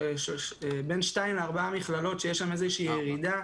בין 2 ל-4 מכללות שיש שם איזו ירידה.